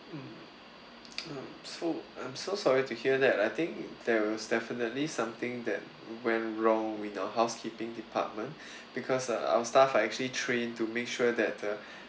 mm mm so I'm so sorry to hear that I think there's definitely something that went wrong with our housekeeping department because uh our staff are actually trained to make sure that the